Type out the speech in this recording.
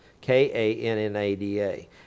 K-A-N-N-A-D-A